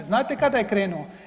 Znate kada je krenuo?